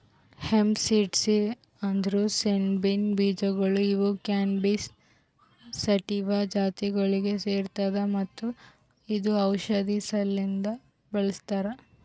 hemp seeds ಅಂದುರ್ ಸೆಣಬಿನ ಬೀಜಗೊಳ್ ಇವು ಕ್ಯಾನಬಿಸ್ ಸಟಿವಾ ಜಾತಿಗೊಳಿಗ್ ಸೇರ್ತದ ಮತ್ತ ಇದು ಔಷಧಿ ಸಲೆಂದ್ ಬಳ್ಸತಾರ್